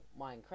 Minecraft